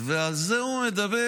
ועל זה הוא מדבר?